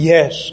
Yes